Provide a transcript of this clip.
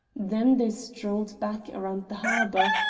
then they strolled back around the harbour,